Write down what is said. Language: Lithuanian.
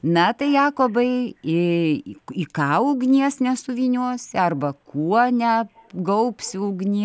na tai jakobai į į ką ugnies nesuvyniosi arba kuo neapgaubsi ugnie